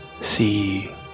see